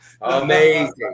amazing